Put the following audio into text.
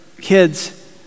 kids